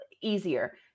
easier